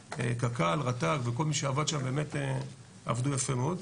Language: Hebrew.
קק"ל רט"ג וכל מי שעבד שם באמת עבדו יפה מאוד.